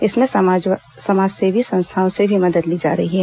इसमें समाजसेवी संस्थाओं से भी मदद ली जा रही है